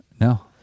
No